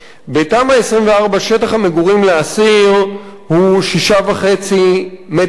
בתמ"א 24 שטח המגורים לאסיר הוא 6.5 מ"ר.